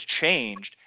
changed